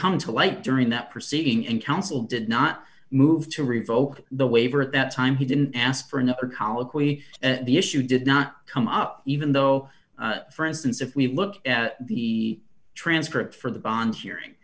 come to light during that proceeding and counsel did not move to revoke the waiver at that time he didn't ask for another colloquy the issue did not come up even though for instance if we look at the transcript for the bond hearing